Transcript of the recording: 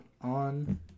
on